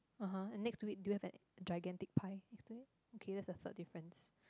(uh huh) and next to it do you have an gigantic pie next to it okay that's the third difference